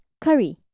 curry